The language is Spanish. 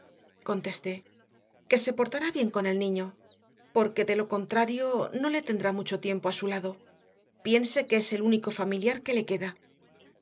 contesté que se portará bien con el niño porque de lo contrario no le tendrá mucho tiempo a su lado piense que es el único familiar que le queda